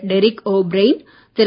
Derek O'Brien Thiru